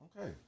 Okay